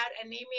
anemia